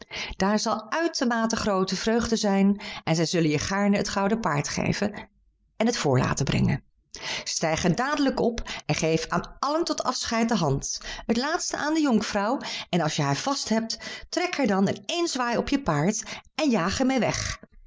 daar zal uitermate groote vreugde zijn en zij zullen je gaarne het gouden paard geven en het voor laten brengen stijg er dadelijk op en geef aan allen tot afscheid de hand het laatst aan de jonkvrouw en als je haar vasthebt trek haar dan in één zwaai bij je op het paard en jaag er meê weg